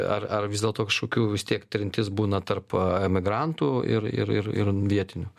ar ar vis dėlto kažkokių vis tiek trintis būna tarp emigrantų ir ir ir vietinių